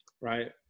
Right